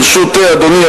ברשות אדוני,